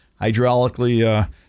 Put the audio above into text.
Hydraulically